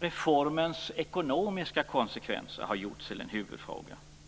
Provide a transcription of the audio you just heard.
Reformens ekonomiska konsekvenser har gjorts till en huvudfråga.